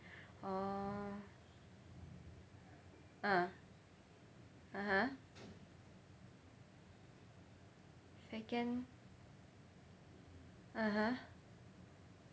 oh ah (uh huh) second (uh huh)